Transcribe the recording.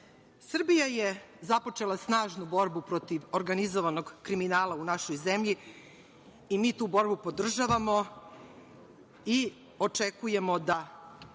Srbija je započela snažnu borbu protiv organizovanog kriminala u našoj zemlji i mi tu borbu podržavamo i očekujemo da